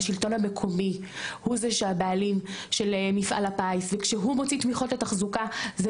השלטון המקומי הוא הבעלים של מפעל הפיס וכשהוא הוציא תמיכות לתחזוקה זה